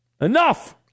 Enough